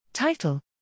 Title